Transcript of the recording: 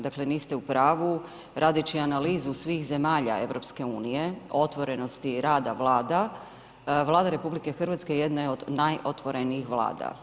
Dakle niste u pravu, radeći analizu svih zemalja EU, otvorenosti i rada Vlada, Vlada RH jedna je od najotvorenijih Vlada.